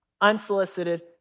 unsolicited